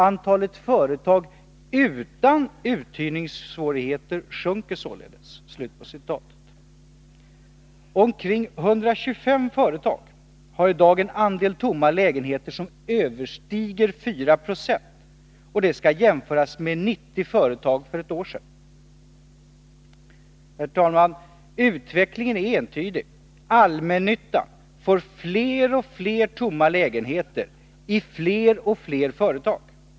Antalet företag utan uthyrningssvårigheter sjunker således.” Omkring 125 företag har i dag en andel tomma lägenheter som överstiger 490. Detta skall jämföras med 90 företag för ett år sedan. Herr talman! Utvecklingen är entydig. Allmännyttan får fler och fler tomma lägenheter i fler och fler företag.